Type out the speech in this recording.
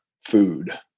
food